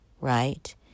right